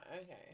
okay